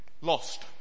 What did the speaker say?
lost